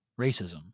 racism